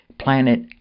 planet